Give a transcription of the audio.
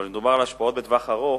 אבל מדובר על השפעות לטווח הארוך,